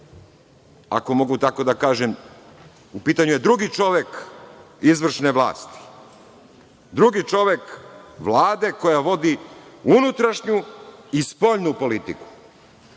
ako mogu tako da kažem, u pitanju je drugi čovek izvršne vlasti, drugi čovek Vlade koja vodi unutrašnju i spoljnu politiku,